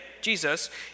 Jesus